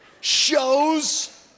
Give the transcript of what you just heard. shows